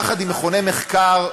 יחד עם מכוני מחקר,